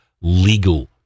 legal